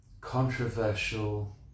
controversial